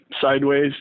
sideways